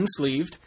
Unsleeved